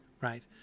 right